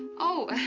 oh,